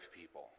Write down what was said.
people